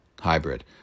hybrid